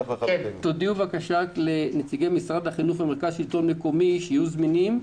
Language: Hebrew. תודיעו בבקשה לנציגי משרד החינוך ומרכז השלטון המקומי שיהיו זמינים.